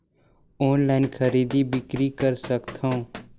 Online खरीदी बिक्री कर सकथव?